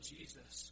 Jesus